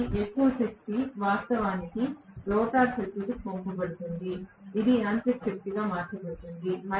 కాబట్టి ఎక్కువ శక్తి వాస్తవానికి రోటర్ సర్క్యూట్కు పంపబడుతుంది ఇది యాంత్రిక శక్తిగా మార్చబడుతుంది